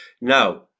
Now